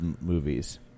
movies